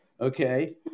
okay